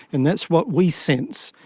and that's what we sense.